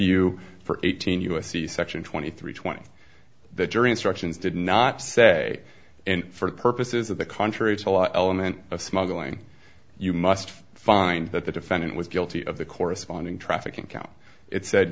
you for eighteen u s c section twenty three twenty the jury instructions did not say and for purposes of the contrary it's a law element of smuggling you must find that the defendant was guilty of the corresponding trafficking count it said